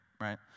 right